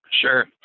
Sure